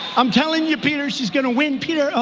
i'm telling you, peter, she's gonna win, peter,